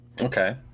okay